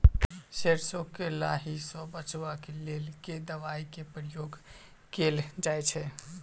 सैरसो केँ लाही सऽ बचाब केँ लेल केँ दवाई केँ प्रयोग कैल जाएँ छैय?